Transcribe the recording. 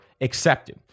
accepted